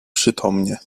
przytomnie